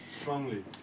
Strongly